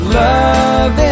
love